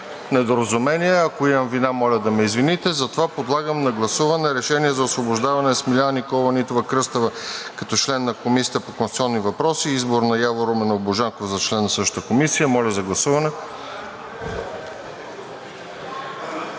недоразумение, ако имам вина, моля да ме извинете. Затова подлагам на гласуване Решение за освобождаване на Смиляна Нитова-Кръстева като член на Комисията по конституционни въпроси и избор на Явор Руменов Божанков за член на същата комисия. Гласували